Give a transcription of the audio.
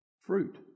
fruit